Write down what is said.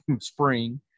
spring